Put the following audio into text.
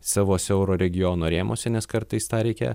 savo siauro regiono rėmuose nes kartais tą reikia